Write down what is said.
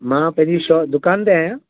मां पंहिंजी शॉ दुकान ते आहियां